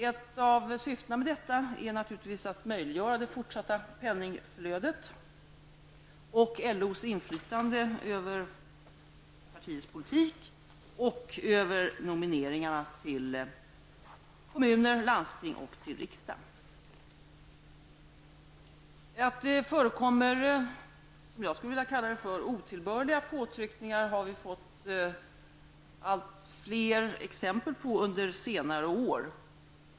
Ett av syftena med detta är naturligtvis att möjliggöra det fortsatta penningflödet och LOs inflytande över partiets politik och nomineringarna till kommuner, landsting och riksdag. Att det förekommer otillbörliga påtryckningar har vi under senare år fått allt fler exempel på.